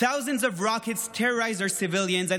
thousands of rockets terrorized our civilians,